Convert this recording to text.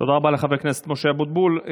תודה רבה לחבר הכנסת משה אבוטבול.